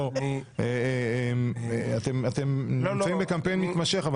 אתם נמצאים בקמפיין מתמשך,